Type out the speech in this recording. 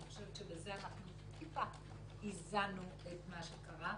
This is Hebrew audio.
אני חושבת שבזה אנחנו טיפה איזנו את מה שקרה.